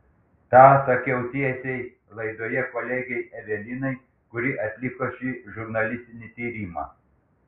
tą sakiau tiesiai laidoje kolegei evelinai kuri atliko šį žurnalistinį tyrimą